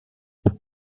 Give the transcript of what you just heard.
how